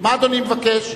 מה אדוני מבקש?